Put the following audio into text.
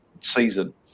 season